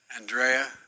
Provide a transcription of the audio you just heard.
Andrea